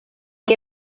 que